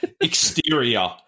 Exterior